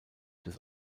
des